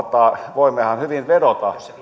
voimmehan hyvin vedota